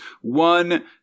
One